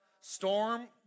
storm